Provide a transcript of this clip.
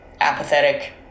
apathetic